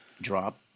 drop